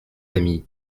amis